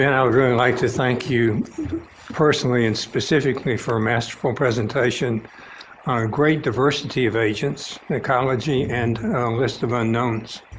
i would really like to thank you personally and specifically for a masterful presentation. our great diversity of agents, ecology and list of unknowns,